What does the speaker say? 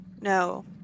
No